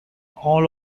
all